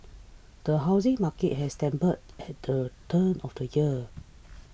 the housing market has stumbled at the turn of the year